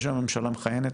יש היום ממשלה מכהנת.